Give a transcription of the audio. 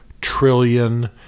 trillion